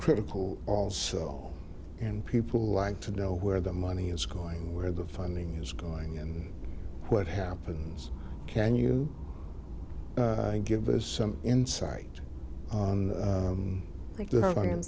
critical also and people like to know where the money is going where the funding is going and what happens can you give us some insight on